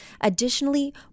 Additionally